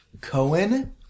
Cohen